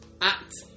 act